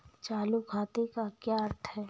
चालू खाते का क्या अर्थ है?